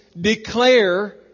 declare